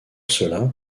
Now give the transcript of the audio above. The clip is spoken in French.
cela